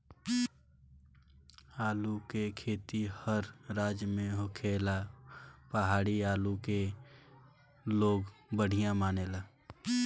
आलू के खेती हर राज में होखेला बाकि पहाड़ी आलू के लोग बढ़िया मानेला